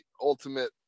ultimate